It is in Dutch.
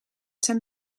zijn